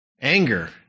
anger